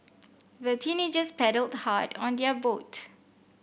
the teenagers paddled hard on their boat